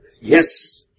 Yes